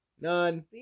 none